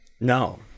No